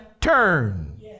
turn